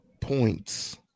points